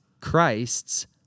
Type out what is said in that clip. Christ's